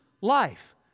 life